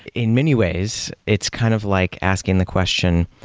in many ways, it's kind of like asking the question,